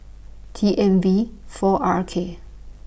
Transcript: T M V four R K